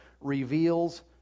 reveals